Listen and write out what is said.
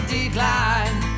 decline